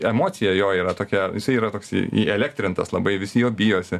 emocija jo yra tokia jisai yra toks įelektrintas labai visi jo bijosi